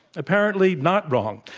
apparently not wrong.